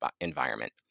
environment